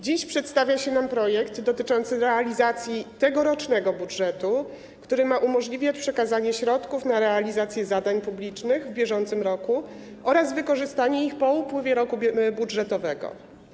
Dziś przedstawiany jest nam projekt dotyczący realizacji tegorocznego budżetu, który ma umożliwiać przekazanie środków na realizację zadań publicznych w bieżącym roku oraz wykorzystanie ich po upływie roku budżetowego.